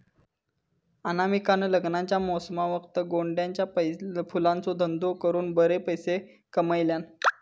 अनामिकान लग्नाच्या मोसमावक्ता गोंड्याच्या फुलांचो धंदो करून बरे पैशे कमयल्यान